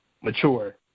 mature